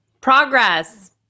Progress